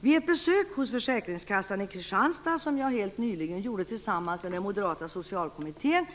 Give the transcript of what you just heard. Vid ett besök hos försäkringskassan i Kristianstad, som jag helt nyligen gjorde tillsammans med den moderata socialkommittén,